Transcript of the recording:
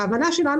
להבנתנו,